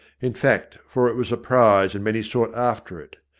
in fact, for it was a prize, and many sought after it.